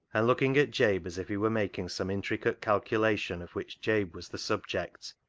and look ing at jabe as if he were making some intricate calculation of which jabe was the subject.